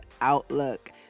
outlook